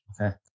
Okay